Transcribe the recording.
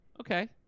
Okay